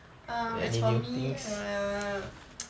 um as for me err